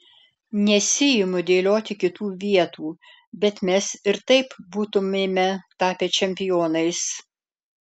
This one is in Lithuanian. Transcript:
nesiimu dėlioti kitų vietų bet mes ir taip būtumėme tapę čempionais